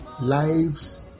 lives